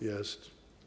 Jest.